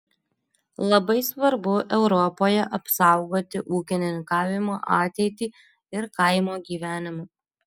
labai svarbu europoje apsaugoti ūkininkavimo ateitį ir kaimo gyvenimą